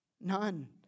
None